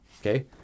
Okay